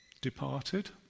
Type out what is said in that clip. Departed